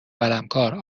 قلمکار